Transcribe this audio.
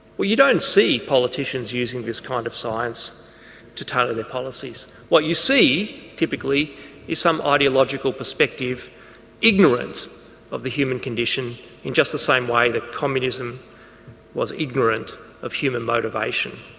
well you don't see politicians using this kind of science to tailor their policies, what you see typically is some ideological perspective ignorant of the human condition in just the same way that communism was ignorant of human motivation.